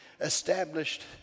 established